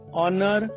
honor